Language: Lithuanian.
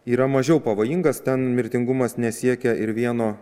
yra mažiau pavojingas ten mirtingumas nesiekia ir vieno